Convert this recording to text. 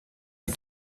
est